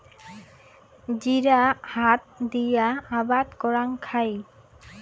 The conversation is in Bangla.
জিরা হাত দিয়া আবাদ করাং খাই